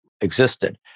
existed